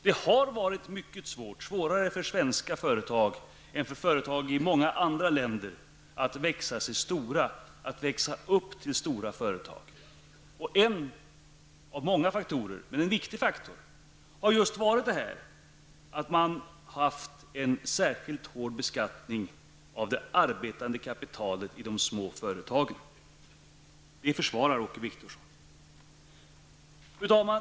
Det har varit mycket svårt för svenska företag -- svårare för dem än för företag i många andra länder -- att växa sig stora, att växa upp till stora företag. En viktig faktor har varit att man haft en särskilt hård beskattning av det arbetande kapitalet i de små företagen. Det försvarar Åke Wictorsson! Fru talman!